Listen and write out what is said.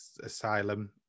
asylum